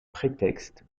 prétexte